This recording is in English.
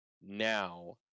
now